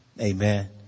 Amen